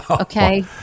Okay